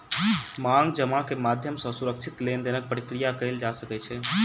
मांग जमा के माध्यम सॅ सुरक्षित लेन देनक प्रक्रिया कयल जा सकै छै